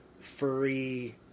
furry